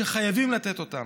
שחייבים לתת אותם.